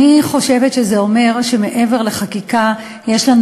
אני חושבת שזה אומר שמעבר לחקיקה יש לנו